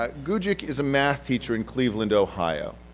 ah gugick is a math teacher in cleveland, ohio,